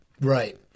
Right